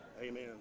Amen